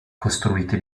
costruite